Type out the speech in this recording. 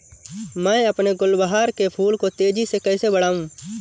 मैं अपने गुलवहार के फूल को तेजी से कैसे बढाऊं?